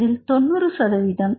இதில் 90 சதவிகிதம்